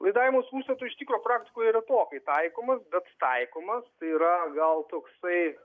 laidavimas užstatu iš tikro praktikoj retokai taikomas bet taikomas tai yra gal toksai